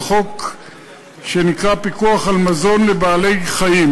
החוק שנקרא פיקוח על מזון לבעלי-חיים.